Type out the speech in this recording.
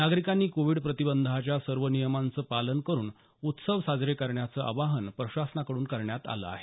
नागरिकांनी कोविड प्रतिबंधाच्या सर्व नियमांचं पालन करून उत्सव साजरे करण्याचं आवाहन प्रशासनाकडून करण्यात आलं आहे